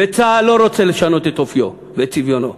וצה"ל לא רוצה לשנות את אופיו ואת צביונו.